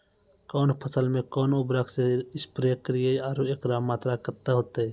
कौन फसल मे कोन उर्वरक से स्प्रे करिये आरु एकरो मात्रा कत्ते होते?